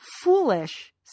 Foolish